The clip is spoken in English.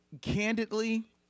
candidly